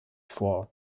vor